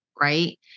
Right